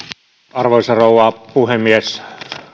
arvoisa rouva puhemies